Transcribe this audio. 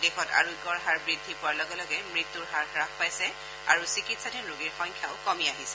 দেশত আৰোগ্যৰ হাৰ বৃদ্ধি পোৱাৰ লগে লগে মৃত্যূৰ হাৰ হাস পাইছে আৰু চিকিৎসাধীন ৰোগীৰ সংখ্যাও কমি আহিছে